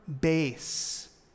base